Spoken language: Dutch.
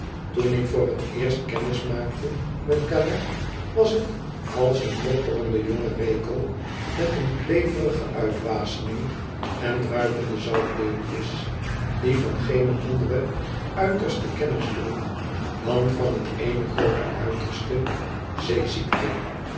l'oen ik voor t eerst kennis maakte met c alais was het als een mopperende jonge rekel met een kleverige uitwaseming en druipende zoutdeeltjes die van geene andere uitersten kennis droeg dan van t eene groote uiterste zeeziekte